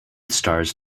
stars